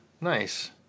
Nice